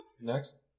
Next